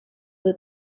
the